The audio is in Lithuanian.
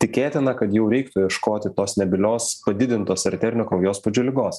tikėtina kad jau reiktų ieškoti tos nebylios padidintos arterinio kraujospūdžio ligos